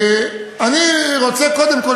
אני רוצה קודם כול,